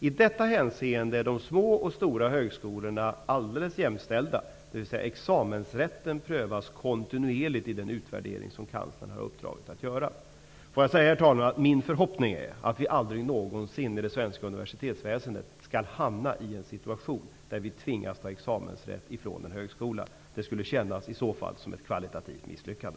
I detta hänseende är de små och stora högskolorna alldels jämställda, dvs. examensrätten prövas kontinuerligt vid den utvärdering som Kanslern har uppdraget att göra. Herr talman! Min förhoppning är att vi aldrig någonsin i det svenska universitetsväsendet skall hamna i en situation där vi tvingas ta examensrätt från en högskola. Det skulle i så fall kännas som ett kvalitativt misslyckande.